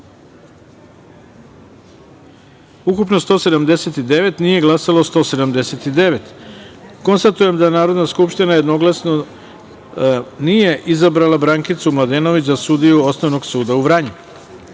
ukupno – 179, nije glasalo 179.Konstatujem da Narodna skupština jednoglasno nije izabrala sudiju Brankicu Mladenović za sudiju Osnovnog suda u Vranju.3.